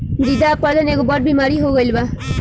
मृदा अपरदन एगो बड़ बेमारी हो गईल बा